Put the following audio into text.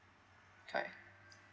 correct